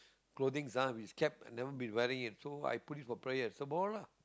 clothing ah is kept I've never been wearing it so I put it for prayers so borrow lah